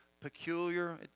peculiar